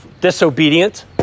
disobedient